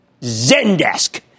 Zendesk